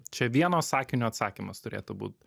čia vieno sakinio atsakymas turėtų būt